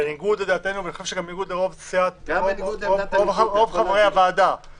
בניגוד לדעתנו ובניגוד לרוב חברי הוועדה --- גם בניגוד לעמדת הליכוד,